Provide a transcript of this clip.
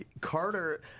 Carter